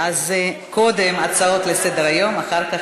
אז קודם הצעות לסדר-היום ואחר כך,